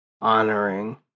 honoring